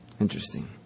Interesting